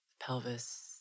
pelvis